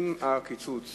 הקיצוץ